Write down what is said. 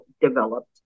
developed